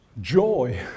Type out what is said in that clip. joy